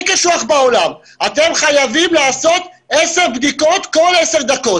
קשוח בעולם ושחייבים לעשות עשר בדיקות כל עשר דקות,